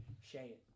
Shay